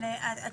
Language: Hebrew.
בסדר,